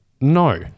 No